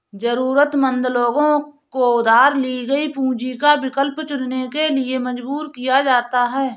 जरूरतमंद लोगों को उधार ली गई पूंजी का विकल्प चुनने के लिए मजबूर किया जाता है